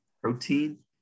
protein